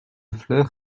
fleur